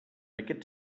aquest